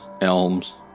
elms